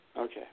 Okay